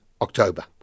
October